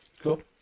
Cool